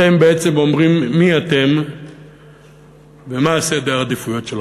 אתם בעצם אומרים מי אתם ומה סדר העדיפויות שלכם.